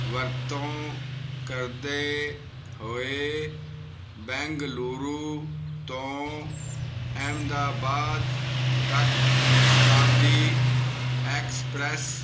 ਵਰਤੋਂ ਕਰਦੇ ਹੋਏ ਬੈਂਗਲੁਰੂ ਤੋਂ ਅਹਿਮਦਾਬਾਦ ਤੱਕ ਸਤਾਬਦੀ ਐਕਸਪ੍ਰੈੱਸ